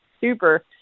super